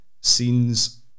scenes